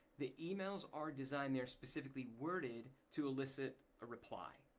the emails are designed, they're specifically worded to elicit a reply,